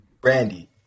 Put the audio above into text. Brandy